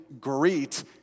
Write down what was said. greet